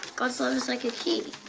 god's love is like a key.